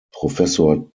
professor